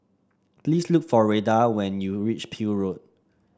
please look for Retha when you reach Peel Road